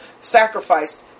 sacrificed